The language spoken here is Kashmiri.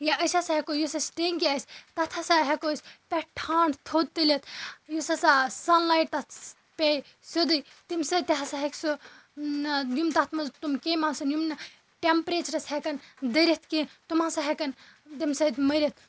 یا أسۍ ہَسا ہیکو یُس اَسہِ ٹینکی آسہِ تَتھ ہَسا ہیکو أسۍ پٮ۪ٹھہٕ ٹھانڈ تھوٛد تُلِتھ یُس ہَسا سَن لایِٹ تَتھ پییٚہِ سیودے تَمہِ سۭتۍ تہِ ہَسا ہیکہِ سُہ یِم تَتھ مَنٛز تِم کیٚمۍ آسَن یِم نہٕ تٮ۪مپریچرَس ہیکَن دٔرِتھ کیٚنٛہہ تِم ہَسا ہیکَن تَمہِ سۭتۍ مٔرِتھ